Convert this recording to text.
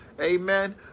Amen